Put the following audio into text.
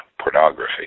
pornography